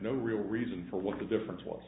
no real reason for what the difference was